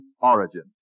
origin